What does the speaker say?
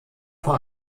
vor